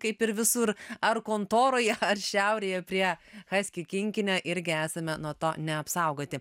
kaip ir visur ar kontoroje ar šiaurėje prie haskių kinkinio irgi esame nuo to neapsaugoti